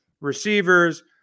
receivers